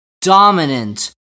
dominant